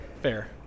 fair